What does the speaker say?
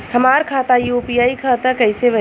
हमार खाता यू.पी.आई खाता कइसे बनी?